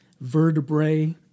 vertebrae